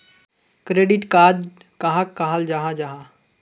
Credit card कहाक कहाल जाहा जाहा?